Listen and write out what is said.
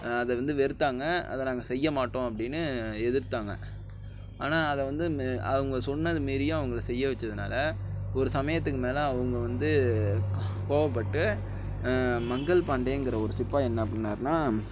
அதை வந்து வெறுத்தாங்க அதை நாங்கள் செய்ய மாட்டோம் அப்படின்னு எதிர்த்தாங்க ஆனால் அதை வந்து நு அவங்க சொன்னது மீறியும் அவங்கள செய்ய வெத்ததுனால ஒரு சமயத்துக்கு மேலே அவங்க வந்து கோவப்பட்டு மங்கள் பாண்டிடேங்கிற ஒரு சிப்பாய் என்னா பண்ணிணாருனா